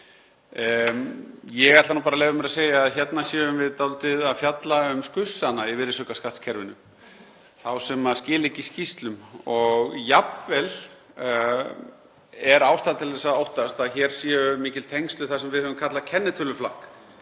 Ég ætla nú bara að leyfa mér að segja að hérna séum við dálítið að fjalla um skussana í virðisaukaskattskerfinu, þá sem skila ekki skýrslum, og jafnvel er ástæða til að óttast að hér séu mikil tengsl við það sem við höfum kallað kennitöluflakk,